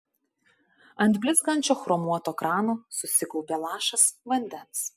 ant blizgančio chromuoto krano susikaupė lašas vandens